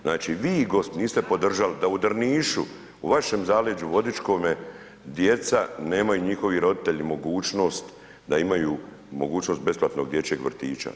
Znači, vi, gospodo, niste podržali, da u Drnišu, u vašem zaleđu vodičkome, djeca nemaju i njihovi roditelji mogućnost, da imaju mogućnost besplatnog dječjeg vrtića.